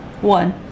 One